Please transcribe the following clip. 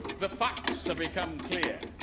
the facts have become clear.